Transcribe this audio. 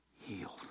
healed